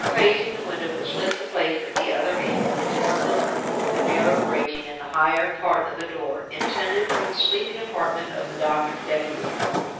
here, facing the window which lit the place at the other end, was one little room, with a narrow grating in the higher part of the door, intended for the sleeping apartment of the doctor's deputy.